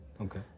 Okay